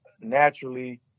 naturally